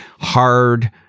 hard